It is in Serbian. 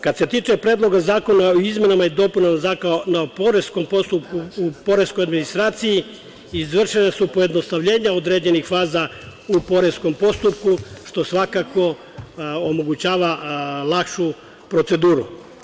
Kad se tiče Predlog zakona o izmenama i dopunama Zakona na poreskoj administraciji izvršena su pojednostavljenja određenih faza u poreskom postupku, što svakako omogućava lakšu proceduru.